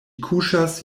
kuŝas